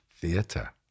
Theatre